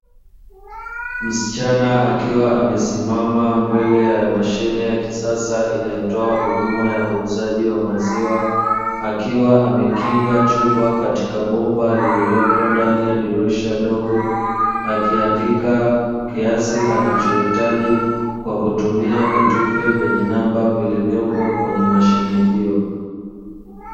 Msichana akiwa amesimama mbele ya mashine ya kisasa inayotoa huduma ya uuzaji wa maziwa, akiwa amekinga chupa katika bomba lililopo ndani ya dirisha dogo akiandika kiasi anachohitaji kwa kutumia vitufe vyenye namba vilivyopo kwenye mashine hiyo.